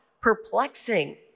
perplexing